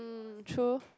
um true